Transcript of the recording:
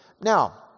Now